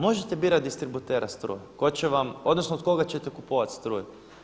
Možete birati distributera struje tko će vam, odnosno od koga ćete kupovati struju.